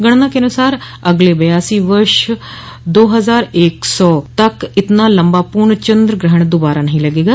गणना के अनुसार अगले बयासी वर्ष दो हजार एक सौ तक इतना लम्बा पूर्ण चन्द्र ग्रहण दोबारा नहीं लगेगा